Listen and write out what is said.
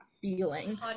feeling